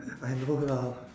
I know lah